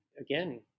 again